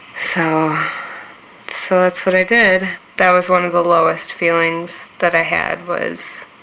so so that's what i did. that was one of the lowest feelings that i had, was,